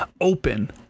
open